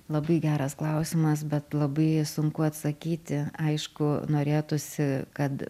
labai geras klausimas bet labai sunku atsakyti aišku norėtųsi kad